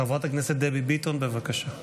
חברת הכנסת דבי ביטון, בבקשה.